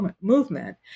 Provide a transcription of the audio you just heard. movement